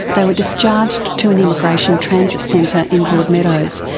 they were discharged to an immigration transit centre in broadmeadows,